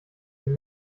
den